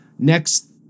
next